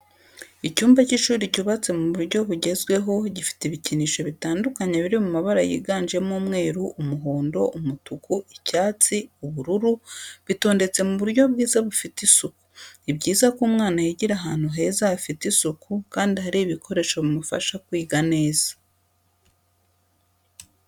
Icyumba cy'ishuri cyubatse mu buryo bugezweho, gifite ibikinisho bitandukanye biri mu mabara yiganjemo umweru, umuhondo, umutuku, icyatsi, ubururu, bitondetse mu buryo bwiza bufite isuku. Ni byiza ko umwana yigira ahantu heza hafite isuku kandi hari ibikoresho bimufasha kwiga neza.